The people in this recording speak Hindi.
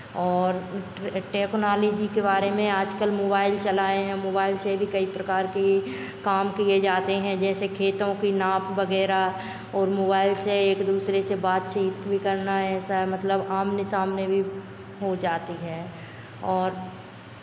और टेक्नोलॉजी के बारे में आजकल मोबाइल चला है मोबाइल से भी कई प्रकार के काम किये जाते हैं जैसे खेतों की नाप वगैरह और मोबाइल से एक दूसरे से बातचीत भी करना है ऐसा है मतलब आमने सामने भी हो जाती है और